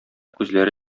күзләре